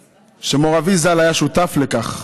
שמורי, אבי ז"ל, היה שותף לכך: